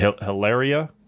Hilaria